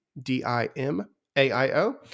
D-I-M-A-I-O